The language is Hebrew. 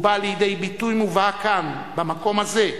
והוא בא לידי ביטוי מובהק כאן, במקום הזה,